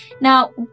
Now